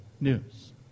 news